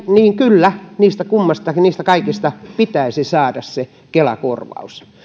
niin kyllä niistä kaikista pitäisi saada se kela korvaus